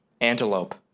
antelope